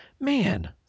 man